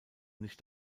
nicht